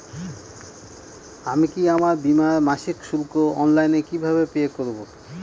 আমি কি আমার বীমার মাসিক শুল্ক অনলাইনে কিভাবে পে করব?